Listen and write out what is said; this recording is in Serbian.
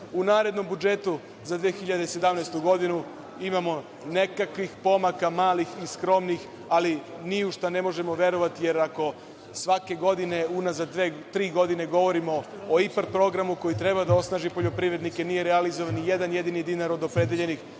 narednom budžetu za 2017. godinu imamo nekakvih pomaka, malih i skromnih, ali ni u šta ne možemo verovati, jer ako svake godine unazad dve, tri godine govorimo o IPAR programu, koji treba da osnaži poljoprivrednike, nije realizovan ni jedan jedini dinar od predviđenih